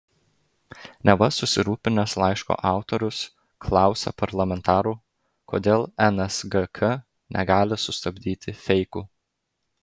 neva susirūpinęs laiško autorius klausė parlamentarų kodėl nsgk negali sustabdyti feikų